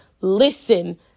listen